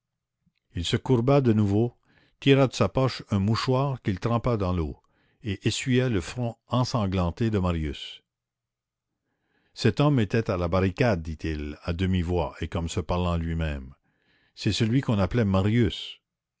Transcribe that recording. il se courba de nouveau tira de sa poche un mouchoir qu'il trempa dans l'eau et essuya le front ensanglanté de marius cet homme était à la barricade dit-il à demi-voix et comme se parlant à lui-même c'est celui qu'on appelait marius